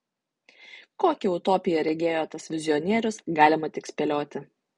kokią utopiją regėjo tas vizionierius galima tik spėlioti